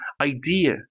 idea